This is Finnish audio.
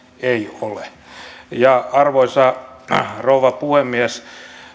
ei ole arvoisa arvoisa rouva puhemies